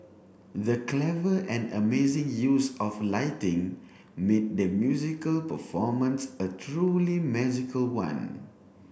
the clever and amazing use of lighting made the musical performance a truly magical one